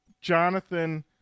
Jonathan